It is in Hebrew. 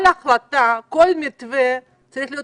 כל החלטה, כל מתווה צריך להיות